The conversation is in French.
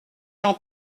jean